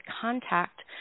contact